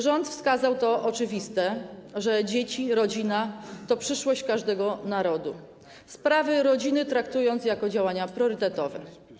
Rząd wskazał, to oczywiste, że dzieci, rodzina to przyszłość każdego narodu, sprawy rodziny traktując jako działania priorytetowe.